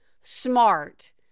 smart